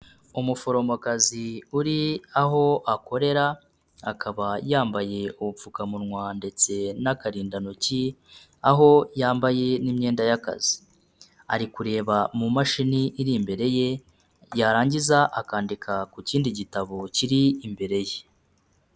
Umuforomokazi uri aho akorera, akaba yambaye ubupfukamunwa ndetse n'akarindantoki, aho yambaye n'iyenda y'akazi. Ari kureba mu mashini iri imbere ye, yarangiza akandika ku kindi gitabo kiri imbere ye.